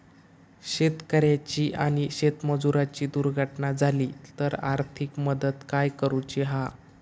शेतकऱ्याची आणि शेतमजुराची दुर्घटना झाली तर आर्थिक मदत काय करूची हा?